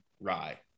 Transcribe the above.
rye